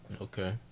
Okay